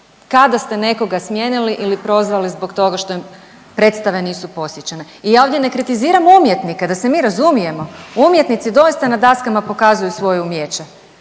Kada ste nekoga smijenili ili prozvali zbog toga što im predstave nisu posjećene. I ja ovdje ne kritiziram umjetnike da se mi razumijemo. Umjetnici doista na daskama pokazuju svoje umijeće,